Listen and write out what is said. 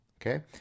Okay